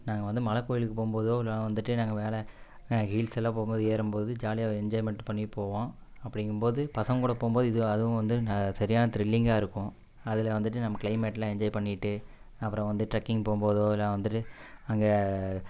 நாங்கள் வந்து மழை கோவிலுக்கு போகும் போதோ இல்லை வந்துட்டு நாங்கள் வேறு ஹில்ஸெல்லாம் போகும் போது ஏறும் போது ஜாலியாக என்ஜாய்மெண்ட் பண்ணி போவோம் அப்படிங்கும் போது பசங்கக்கூட போகும் போது இது அதுவும் வந்து ந சரியான த்ரில்லிங்காக இருக்கும் அதில் வந்துட்டு நம்ம கிளைமேட்லாம் என்ஜாய் பண்ணிகிட்டு அப்புறம் வந்து ட்ரக்கிங் போகும் போதோ இல்லைனா வந்துட்டு அங்கே